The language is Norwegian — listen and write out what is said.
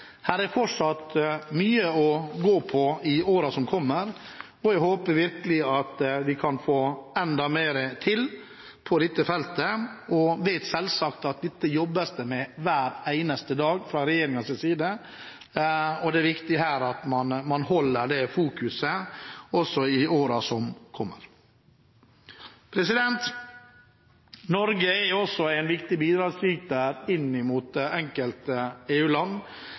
er fortsatt mye å gå på i årene som kommer, og jeg håper virkelig at vi kan få til enda mer på dette feltet. Jeg vet selvsagt at dette jobbes det med hver eneste dag fra regjeringens side, og det er viktig her at man holder det fokuset også i årene som kommer. Norge er også en viktig bidragsyter inn mot enkelte